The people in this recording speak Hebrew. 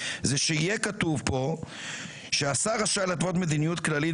צריך שיהיה כתוב שהשר רשאי להתוות מדיניות כללית,